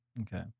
Okay